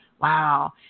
Wow